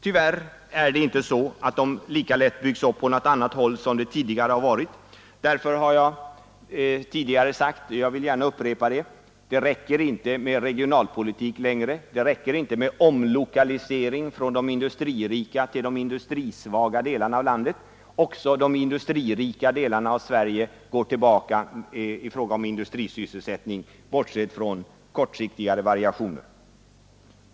Tyvärr är det inte så att de lika lätt som tidigare byggs upp på något annat håll. Jag har förut sagt, och jag vill gärna upprepa det, att det räcker inte med regionalpolitik längre, det räcker inte med omlokalisering från de industririka till industrisvaga delarna av landet. Också de industririka delarna av Sverige går tillbaka i fråga om industrisysselsättning, bortsett från kortsiktigare variationer.